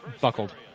buckled